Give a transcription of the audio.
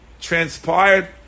transpired